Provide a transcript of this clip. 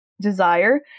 desire